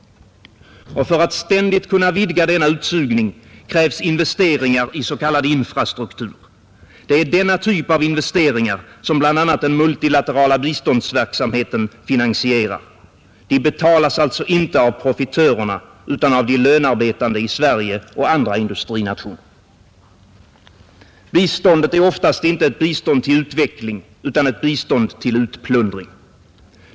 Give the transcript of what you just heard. Och för att ständigt kunna vidga denna utsugning krävs investeringar i s.k. infrastruktur. Det är denna typ av investeringar som bl.a. den multilaterala biståndsverksamheten finansierar. De betalas alltså inte av profitörerna utan av de lönearbetande i Sverige och andra industrinationer. Biståndet är oftast inte ett bistånd till utveckling, utan ett bistånd till utplundring.